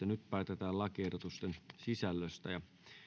nyt päätetään lakiehdotusten sisällöstä sosiaali ja